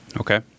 Okay